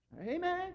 Amen